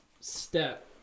step